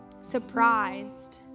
surprised